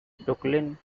brooklyn